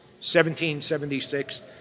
1776